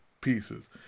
pieces